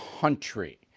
country